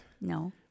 no